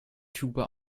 tube